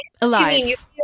alive